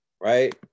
right